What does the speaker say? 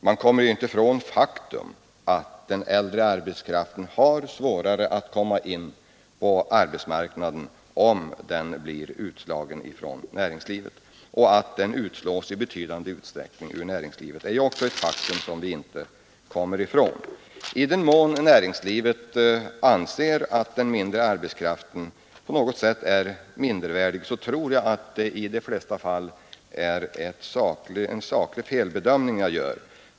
Man kommer inte ifrån faktum att den äldre arbetskraften har svårare att komma in på arbetsmarknaden, om den blir utslagen från näringslivet. Att den slås ut i betydande utsträckning är ju ett faktum som vi inte kommer ifrån. I den mån näringslivet anser att den äldre arbetskraften på något sätt är mindervärdig tror jag att det i de flesta fall är en felbedömning man gör.